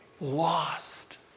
lost